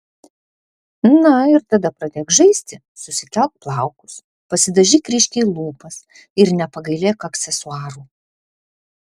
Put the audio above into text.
na ir tada pradėk žaisti susikelk plaukus pasidažyk ryškiai lūpas ir nepagailėk aksesuarų